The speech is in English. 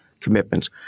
commitments